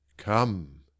come